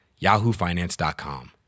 yahoofinance.com